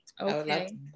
Okay